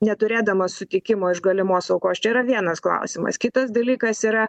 neturėdamas sutikimo iš galimos aukos čia yra vienas klausimas kitas dalykas yra